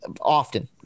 often